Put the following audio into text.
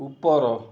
ଉପର